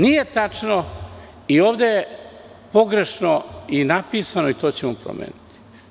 Nije tačno i ovde je pogrešno i napisano i to ćemo promeniti.